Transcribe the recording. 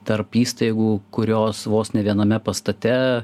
tarp įstaigų kurios vos ne viename pastate